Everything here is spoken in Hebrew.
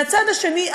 מהצד השני,